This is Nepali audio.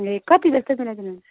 ए कति जस्तो मिलाइदिनु हुन्छ